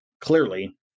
clearly